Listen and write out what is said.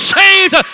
saved